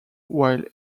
while